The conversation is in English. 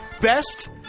Best